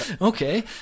Okay